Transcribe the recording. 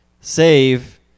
save